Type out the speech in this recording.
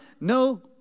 No